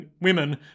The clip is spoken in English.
women